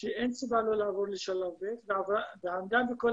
שאין סיבה לא לעבור לשלב ב' והיא עמדה בכל